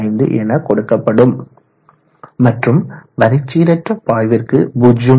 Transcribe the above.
25 என கொடுக்கப்படும் மற்றும் வரிச்சீரற்ற பாய்விற்கு 0